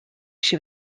she